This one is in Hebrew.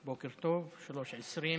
החזירו את כל מה